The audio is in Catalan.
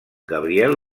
gabriel